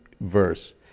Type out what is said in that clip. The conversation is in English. verse